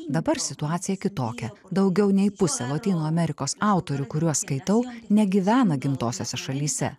dabar situacija kitokia daugiau nei pusę lotynų amerikos autorių kuriuos skaitau negyvena gimtosiose šalyse